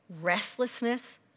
restlessness